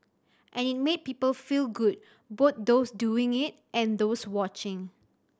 and it made people feel good both those doing it and those watching